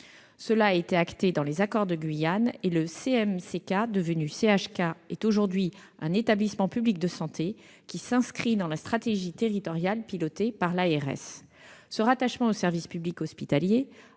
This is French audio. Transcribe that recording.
a été acté dans les accords de Guyane, et le CMCK, devenu CHK, est aujourd'hui un établissement public de santé qui s'inscrit dans la stratégie territoriale pilotée par l'agence régionale de santé. Ce rattachement au service public hospitalier